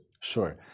Sure